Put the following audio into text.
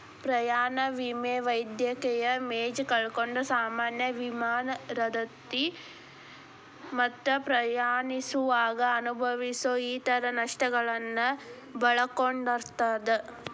ಪ್ರಯಾಣ ವಿಮೆ ವೈದ್ಯಕೇಯ ವೆಚ್ಚ ಕಳ್ಕೊಂಡ್ ಸಾಮಾನ್ಯ ವಿಮಾನ ರದ್ದತಿ ಮತ್ತ ಪ್ರಯಾಣಿಸುವಾಗ ಅನುಭವಿಸೊ ಇತರ ನಷ್ಟಗಳನ್ನ ಒಳಗೊಂಡಿರ್ತದ